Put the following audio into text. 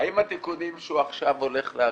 האם התיקונים שהוא עכשיו הולך להקריא,